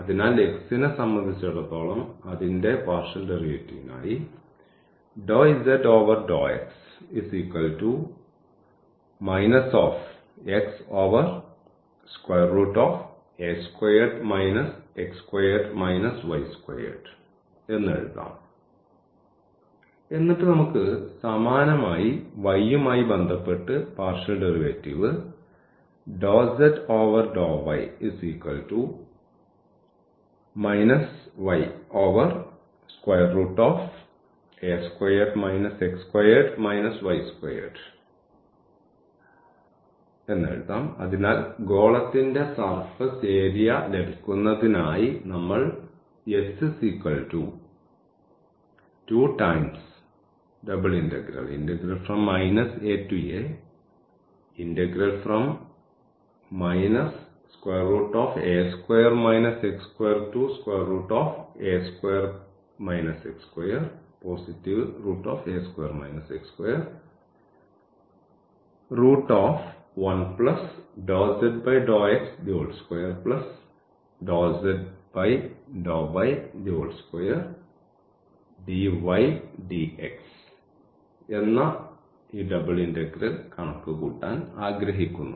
അതിനാൽ x നെ സംബന്ധിച്ചിടത്തോളം അതിന്റെ പാർഷ്യൽ ഡെറിവേറ്റീവിനായി എന്ന് എഴുതാം എന്നിട്ട് നമുക്ക് സമാനമായി y യുമായി ബന്ധപ്പെട്ട് പാർഷ്യൽ ഡെറിവേറ്റീവ് അതിനാൽ ഗോളത്തിന്റെ സർഫസ് ഏരിയ ലഭിക്കുന്നതിനായി നമ്മൾ എന്ന ഈ ഡബിൾ ഇന്റഗ്രൽ കണക്കുകൂട്ടാൻ ആഗ്രഹിക്കുന്നു